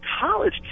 college